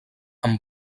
amb